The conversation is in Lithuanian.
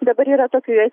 dabar yra tokioje